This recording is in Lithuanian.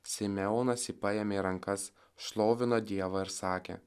simeonas jį paėmė į rankas šlovino dievą ir sakė